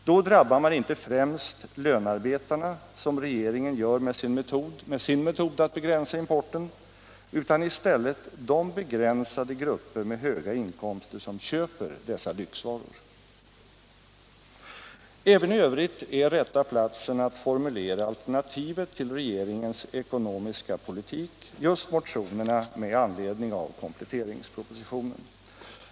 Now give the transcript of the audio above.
Då drabbar man inte främst lönarbetarna, som regeringen gör med sin metod att begränsa importen, utan i stället de begränsade grupper med höga inkomster som köper dessa lyxvaror. Även i övrigt är rätta platsen att formulera alternativet till regeringens ekonomiska politik just motionerna med anledning av kompletteringspropositionen.